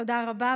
תודה רבה.